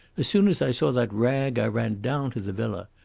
as soon as i saw that rag i ran down to the villa.